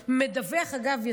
אגב,